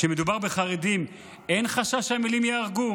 כשמדובר בחרדים אין חשש שהמילים יהרגו?